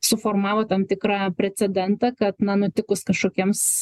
suformavo tam tikrą precedentą kad na nutikus kažkokiems